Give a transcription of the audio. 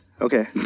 Okay